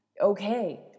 okay